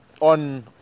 on